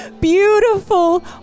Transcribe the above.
Beautiful